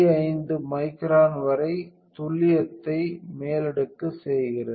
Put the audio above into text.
5 micron வரை துல்லியத்தை மேலடுக்கு செய்கிறது